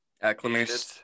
Acclimated